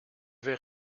vais